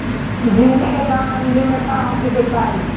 भिन्डी के दाम मंडी मे का होखे के चाही?